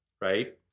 right